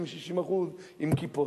50% ו-60% עם כיפות.